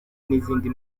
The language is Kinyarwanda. n’izindi